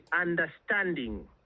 understanding